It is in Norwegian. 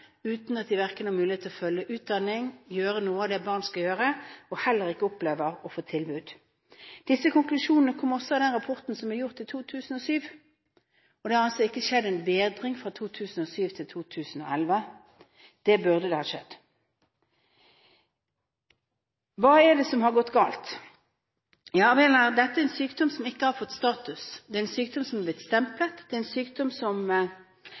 uten at de verken har mulighet til å følge utdanning eller gjøre noe av det barn skal gjøre, og heller ikke opplever å få tilbud. Disse konklusjonene kom også i rapporten fra 2007. Det har altså ikke skjedd noen bedring fra 2007 til 2011. Det burde ha skjedd. Hva er det som har gått galt? Dette er en sykdom som ikke har fått status, det er en sykdom som har blitt stemplet, det er en sykdom som